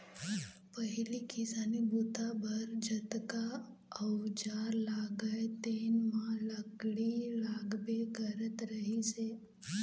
पहिली किसानी बूता बर जतका अउजार लागय तेन म लकड़ी लागबे करत रहिस हे